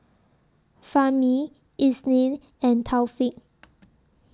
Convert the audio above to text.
Fahmi Isnin and Taufik